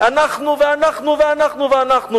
אנחנו, ואנחנו, ואנחנו ואנחנו.